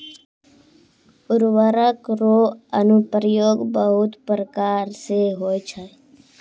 उर्वरक रो अनुप्रयोग बहुत प्रकार से होय छै